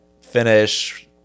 finish